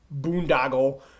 boondoggle